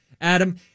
Adam